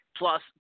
plus